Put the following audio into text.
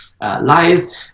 lies